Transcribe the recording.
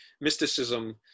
mysticism